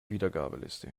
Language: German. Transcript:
wiedergabeliste